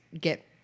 get